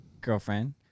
girlfriend